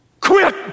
quit